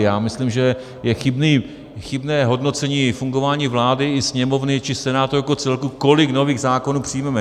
Já myslím, že je chybné hodnocení fungování vlády i Sněmovny či Senátu jako celku, kolik nových zákonů přijmeme.